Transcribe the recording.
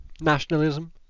nationalism